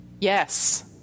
Yes